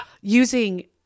using